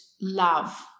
love